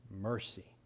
mercy